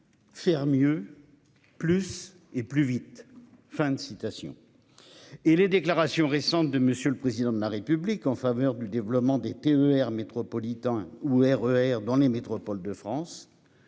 Faire mieux. Plus et plus vite. Fin de citation. Et les déclarations récentes de monsieur le président de la République en faveur du développement des TER métropolitain ou RER dans les métropoles de France.